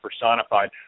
personified